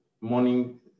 Morning